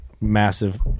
Massive